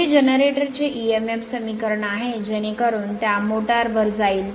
पुढे जनरेटर चे emf समीकरण आहे जेणेकरून त्या मोटार वर जाईल